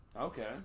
Okay